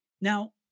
Now